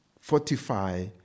Fortify